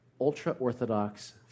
ultra-Orthodox